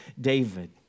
David